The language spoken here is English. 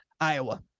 Iowa